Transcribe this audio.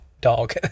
dog